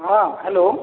ହଁ ହ୍ୟାଲୋ